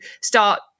start